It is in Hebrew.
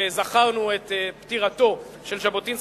זכרנו את פטירתו של ז'בוטינסקי,